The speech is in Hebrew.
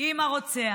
עם הרוצח.